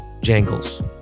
Jangles